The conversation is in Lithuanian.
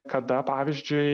kada pavyzdžiui